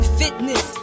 fitness